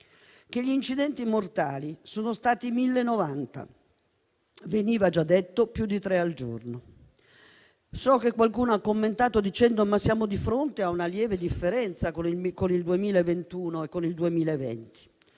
che gli incidenti mortali sono stati 1.090, più di tre al giorno. So che qualcuno ha commentato dicendo che siamo di fronte a una lieve differenza rispetto al 2021 e al 2020.